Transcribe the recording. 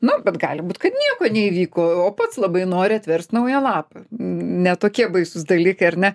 nu bet gali būt kad nieko neįvyko o pats labai nori atverst naują lapą ne tokie baisūs dalykai ar ne